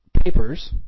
papers